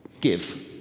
give